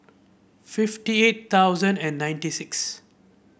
fifty eight thousand and ninety six